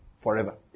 forever